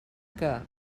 que